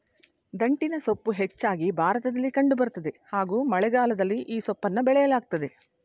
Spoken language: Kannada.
ದಂಟಿನಸೊಪ್ಪು ಹೆಚ್ಚಾಗಿ ಭಾರತದಲ್ಲಿ ಕಂಡು ಬರ್ತದೆ ಹಾಗೂ ಮಳೆಗಾಲದಲ್ಲಿ ಈ ಸೊಪ್ಪನ್ನ ಬೆಳೆಯಲಾಗ್ತದೆ